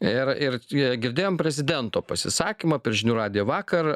ir ir ir girdėjom prezidento pasisakymą per žinių radiją vakar